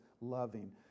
loving